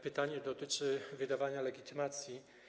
Pytanie dotyczy wydawania legitymacji.